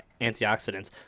antioxidants